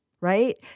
Right